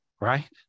Right